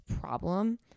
problem